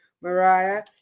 Mariah